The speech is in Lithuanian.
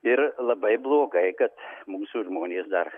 ir labai blogai kad mūsų žmonės dar